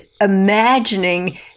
imagining